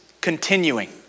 continuing